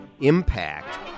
impact